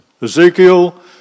Ezekiel